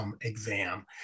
exam